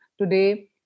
today